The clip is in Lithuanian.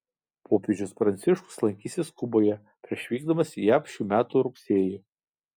popiežius pranciškus lankysis kuboje prieš vykdamas į jav šių metų rugsėjį